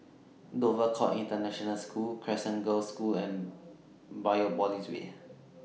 Dover Court International School Crescent Girls' School and Biopolis Way